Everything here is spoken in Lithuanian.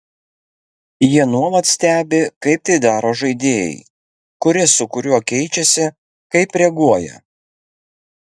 jie nuolat stebi kaip tai daro žaidėjai kuris su kuriuo keičiasi kaip reaguoja